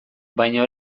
baina